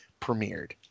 premiered